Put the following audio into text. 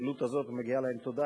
הפעילות הזאת מגיעה להם תודה,